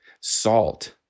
Salt